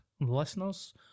listeners